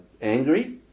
angry